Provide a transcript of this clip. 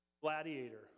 gladiator